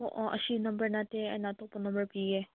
ꯑꯣ ꯑꯁꯤ ꯅꯝꯕꯔ ꯅꯠꯇꯦ ꯑꯩꯅ ꯑꯇꯣꯞꯄ ꯅꯝꯕꯔ ꯄꯤꯒꯦ